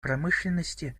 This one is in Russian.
промышленности